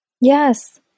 Yes